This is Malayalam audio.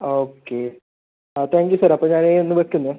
ഓക്കെ ആ താങ്ക് യു സാർ അപ്പോൾ ഞാൻ ഇന്ന് വയ്ക്കുന്നേ